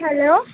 hello